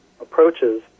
approaches